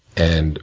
and